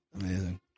Amazing